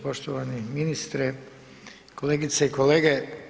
Poštovani ministre, kolegice i kolege.